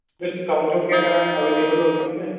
discount ਵਗੈਰਾ available ਹੋ ਸਕਦਾ